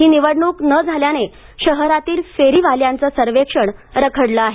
ही निवडणूक न झाल्याने शहरातील फेरीवाल्यांचं सर्वेक्षण रखडलं आहे